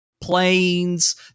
planes